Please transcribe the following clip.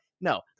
No